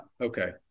okay